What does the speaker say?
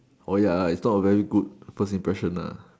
orh ya uh it'a not a very good first impression nah